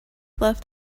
left